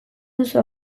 duzu